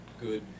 good